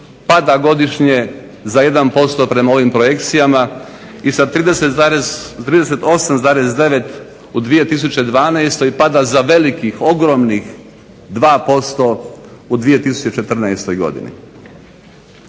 pada godišnje za 1% prema ovim projekcijama i sa 38,9 u 2012.pada za velikih, ogromnih 2% u 2014.godini.